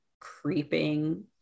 creeping